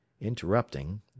Interrupting